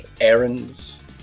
errands